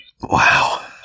Wow